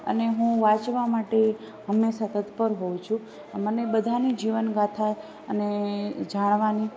અને હું વાંચવા માટે હંમેશા તત્પર હોઊ છું મને બધાની જીવન ગાથા અને જાણવાની